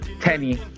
Tenny